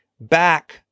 back